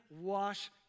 wash